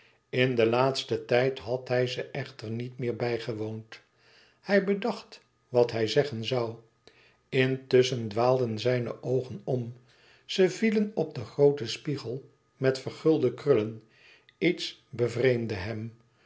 in den laatsten tijd had hij ze echter niet meer bijgewoond hij bedacht wat hij zeggen zoû intusschen dwaalden zijne oogen om ze vielen op den grooten spiegel met vergulde krullen iets bevreemdde hem